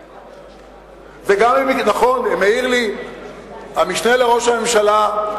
נכון, העיר לי המשנה לראש הממשלה,